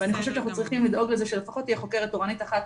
ואני חושבת שאנחנו צריכים לדאוג לזה שלפחות תהיה חוקרת תורנית אחת